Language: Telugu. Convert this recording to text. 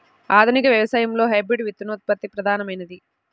ఆధునిక వ్యవసాయంలో హైబ్రిడ్ విత్తనోత్పత్తి ప్రధానమైనది